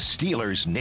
Steelers